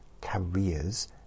careers